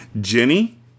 Jenny